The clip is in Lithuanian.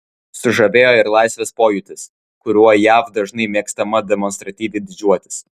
sužavėjo ir laisvės pojūtis kuriuo jav dažnai mėgstama demonstratyviai didžiuotis